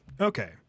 okay